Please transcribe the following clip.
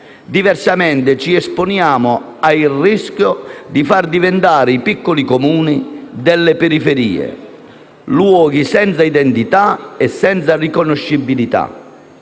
diversamente ci esponiamo al rischio di far diventare i piccoli Comuni delle periferie, luoghi senza identità e senza riconoscibilità.